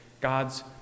God's